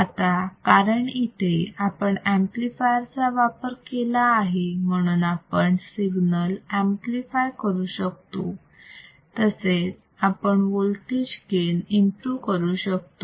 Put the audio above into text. आता कारण इथे आपण ऍम्प्लिफायरचा वापर केला आहे म्हणून आपण सिग्नल ऍम्प्लिफायर करू शकतो तसेच आपण वोल्टेज गेन इंप्रु करू शकतो